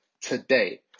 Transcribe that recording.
today